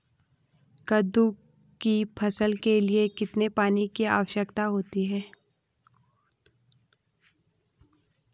कद्दू की फसल के लिए कितने पानी की आवश्यकता होती है?